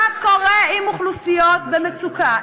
מה קורה עם אוכלוסיות במצוקה?